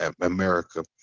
America